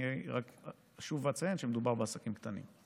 אני שוב אציין שמדובר בעסקים קטנים.